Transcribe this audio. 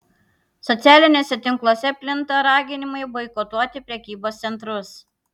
socialiniuose tinkluose plinta raginimai boikotuoti prekybos centrus